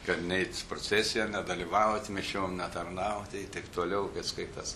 kad neit su procesija nedalyvaut mišiom netarnaut ir taip toliau kas kaip tas